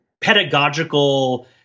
pedagogical